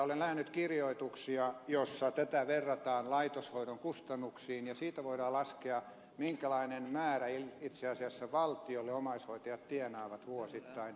olen nähnyt kirjoituksia joissa tätä verrataan laitoshoidon kustannuksiin ja siitä voidaan laskea minkälaisen määrän itse asiassa valtiolle omaishoitajat tienaavat vuosittain